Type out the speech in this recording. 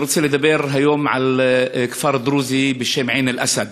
אני רוצה לדבר היום על כפר דרוזי בשם עין-אל-אסד,